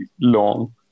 long